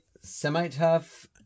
Semi-tough